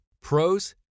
Pros